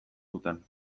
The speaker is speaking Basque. zuten